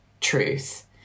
truth